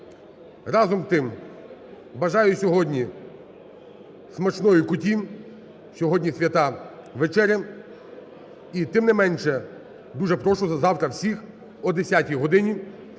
Разом з тим, бажаю сьогодні смачної куті. Сьогодні Свята вечеря. І тим не менше, дуже прошу завтра всіх о 10 годині